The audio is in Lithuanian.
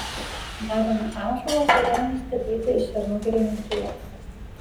gavome ąžuolo kurėnui statyti iš šernų girininkijos